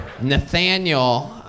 Nathaniel